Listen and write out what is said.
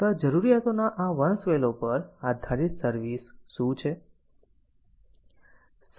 તો જરૂરિયાતોના આ વંશવેલો પર આધારિત સર્વિસ શું છે